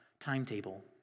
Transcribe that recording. timetable